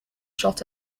shot